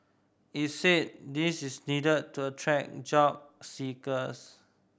it said this is needed to attract job seekers